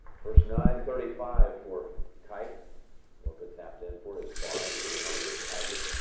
first. nine-thirty-five for kite rocca tapped in for his par now tiger.